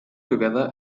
together